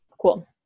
Cool